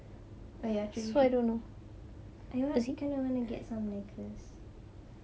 oh ya do you wanna get some necklace